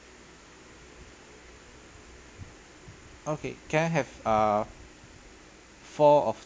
okay can I have err four of